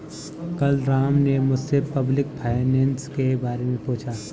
कल राम ने मुझसे पब्लिक फाइनेंस के बारे मे पूछा